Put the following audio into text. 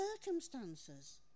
Circumstances